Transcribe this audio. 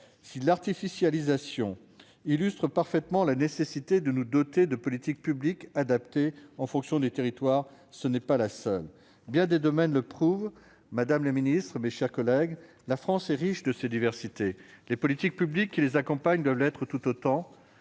de l'artificialisation illustre parfaitement la nécessité de nous doter de politiques publiques adaptées en fonction des territoires, elle n'est pas la seule. Bien des domaines le prouvent. Madame la présidente, madame la ministre, mes chers collègues, la France est riche de ses diversités. Les politiques publiques qui les accompagnent doivent l'être tout autant.